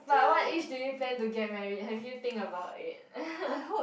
but what age do you plan to get married have you think about it